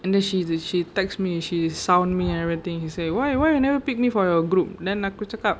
and then she she text me she sound me and everything she say why why you never pick me for your group and then aku cakap